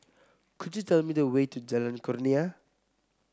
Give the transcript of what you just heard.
could you tell me the way to Jalan Kurnia